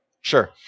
Sure